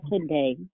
today